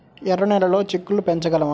ఎర్ర నెలలో చిక్కుళ్ళు పెంచగలమా?